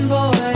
Boy